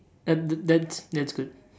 uh that's that's good